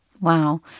Wow